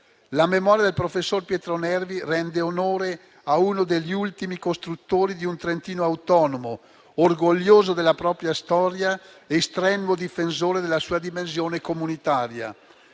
La memoria del professor Pietro Nervi rende onore a uno degli ultimi costruttori di un Trentino autonomo, orgoglioso della propria storia e strenuo difensore della sua dimensione comunitaria.